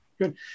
Good